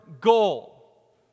goal